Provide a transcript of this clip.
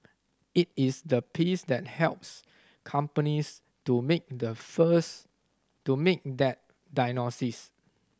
it is the piece that helps companies to make the first to make that diagnosis